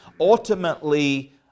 ultimately